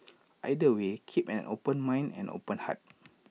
either way keep an open mind and open heart